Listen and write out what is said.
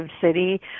city